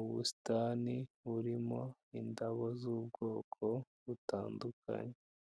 ubusitani burimo indabo z'ubwoko butandukanye.